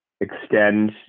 extend